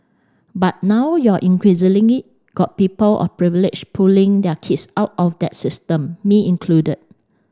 but now you're increasingly got people of privilege pulling their kids out of that system me included